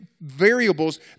variables